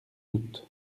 doutes